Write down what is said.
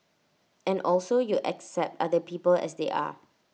and also you accept other people as they are